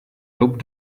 rope